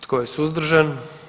Tko je suzdržan?